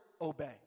obey